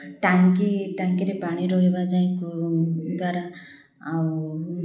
ଟାଙ୍କି ଟାଙ୍କିରେ ପାଣି ରହିବା ଯାଏଁ ଦ୍ୱାରା ଆଉ